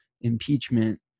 impeachment